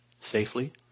safely